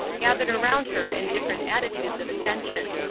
gathered around her in different attitudes of attention.